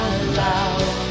aloud